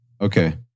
Okay